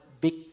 big